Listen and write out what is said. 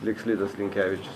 liks linas linkevičius